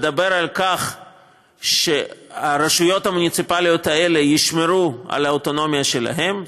מדבר על כך שהרשויות המוניציפליות האלה ישמרו על האוטונומיה שלהן.